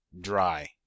dry